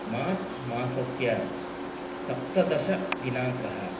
मार्च् मासस्य सप्तदशदिनाङ्कः